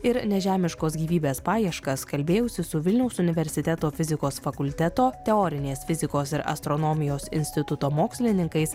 ir nežemiškos gyvybės paieškas kalbėjausi su vilniaus universiteto fizikos fakulteto teorinės fizikos ir astronomijos instituto mokslininkais